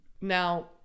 Now